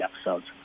episodes